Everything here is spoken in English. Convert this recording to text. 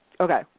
Okay